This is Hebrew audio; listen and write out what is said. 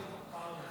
פארה-רפואי.